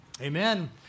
Amen